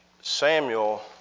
Samuel